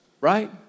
right